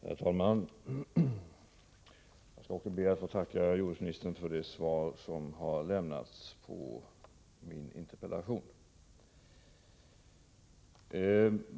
Herr talman! Jag skall be att få tacka jordbruksministern för det svar som har lämnats också på min interpellation.